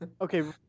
Okay